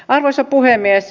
arvoisa puhemies